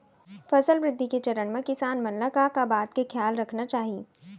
फसल वृद्धि के चरण म किसान मन ला का का बात के खयाल रखना चाही?